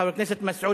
חבר הכנסת מסעוד